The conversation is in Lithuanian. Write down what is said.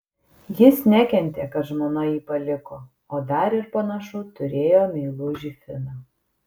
jis nekentė kad žmona jį paliko o dar ir panašu turėjo meilužį finą